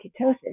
ketosis